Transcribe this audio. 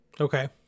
Okay